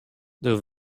der